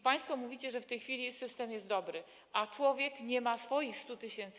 Państwo mówicie, że w tej chwili system jest dobry, a człowiek nie ma swoich 100 tys.